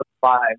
five